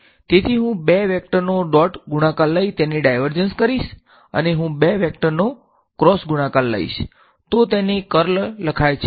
તેથી હું બે વેકટર નો ડોટ ગુણાકાર લઈ તેને ડાયવર્ઝન્સ કહીશ અને હું બે વેકટર નો ક્રોસ ગુણકાર લેઈશ તો તેને કર્લ લખાય છે